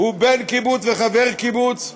הוא בן קיבוץ וחבר קיבוץ,